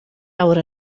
awr